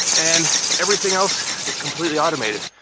and everything else is completely automated.